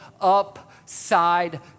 upside